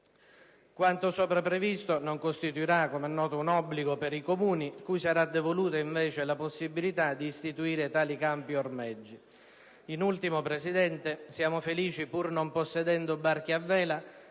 Quanto sopra previsto non costituirà un obbligo per i Comuni, cui sarà devoluta, invece, la possibilità di istituire tali campi ormeggi. In ultimo, signora Presidente, siamo felici, pur non possedendo barche a vela,